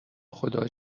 خدا